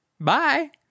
Bye